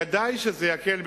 ודאי שזה יקל,